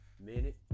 minute